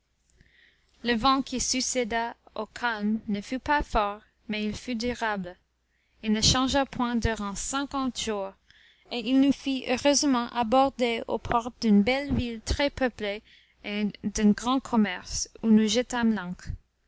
le vent qui succéda au calme ne fut pas fort mais il fut durable il ne changea point durant cinquante jours et il nous fit heureusement aborder au port d'une belle ville très peuplée et d'un grand commerce où nous jetâmes l'ancre